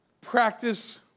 practice